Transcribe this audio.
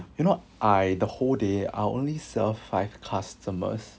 you know I the whole day I'll only serve five customers